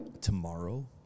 Tomorrow